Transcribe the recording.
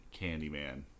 Candyman